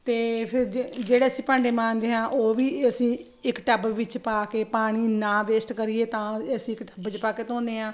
ਅਤੇ ਫਿਰ ਜਿਹੜੇ ਅਸੀ ਭਾਂਡੇ ਮਾਂਜਦੇ ਹਾਂ ਉਹ ਵੀ ਅਸੀਂ ਇੱਕ ਟੱਬ ਵਿੱਚ ਪਾ ਕੇ ਪਾਣੀ ਨਾ ਵੇਸਟ ਕਰੀਏ ਤਾਂ ਅਸੀਂ ਇੱਕ ਟੱਬ 'ਚ ਪਾ ਕੇ ਧੋਂਦੇ ਹਾਂ